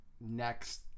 next